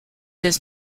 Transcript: does